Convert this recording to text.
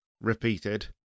repeated